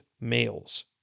males